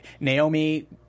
Naomi